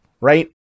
right